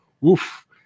woof